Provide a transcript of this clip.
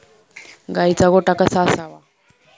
गाईचा गोठा कसा असावा?